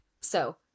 So-